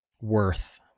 worth